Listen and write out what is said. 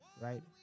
Right